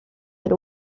del